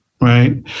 Right